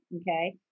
okay